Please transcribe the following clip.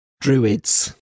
druids